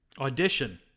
Audition